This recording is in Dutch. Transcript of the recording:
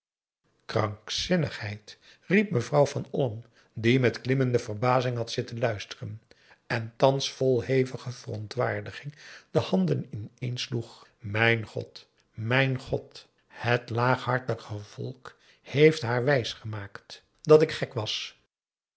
krankzinnigheid riep mevrouw van olm die met klimmende verbazing had zitten luisteren en thans vol hevige verontwaardiging de handen ineen sloeg mijn god mijn god het laaghartige volk heeft haar wijs gemaakt dat ik gek was